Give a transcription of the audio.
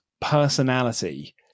personality